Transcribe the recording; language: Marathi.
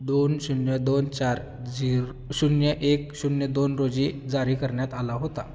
दोन शून्य दोन चार झीर शून्य एक शून्य दोन रोजी जारी करण्यात आला होता